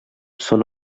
són